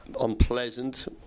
unpleasant